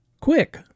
Quick